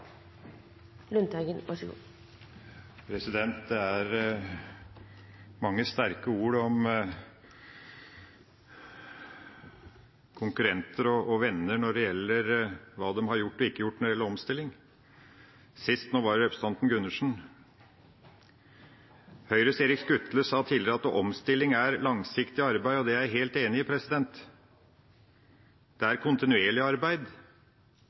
Det er mange sterke ord om konkurrenter og venner og hva de har gjort og ikke gjort når det gjelder omstilling, sist fra representanten Gundersen. Høyres Erik Skutle sa tidligere at omstilling er langsiktig arbeid. Det er jeg helt enig i. Det er kontinuerlig arbeid,